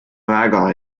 väga